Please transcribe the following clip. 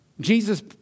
Jesus